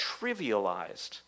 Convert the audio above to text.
trivialized